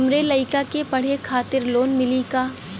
हमरे लयिका के पढ़े खातिर लोन मिलि का?